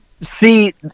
See